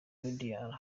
radio